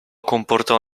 comportò